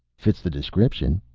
fits the description.